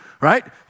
right